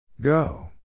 Go